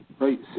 right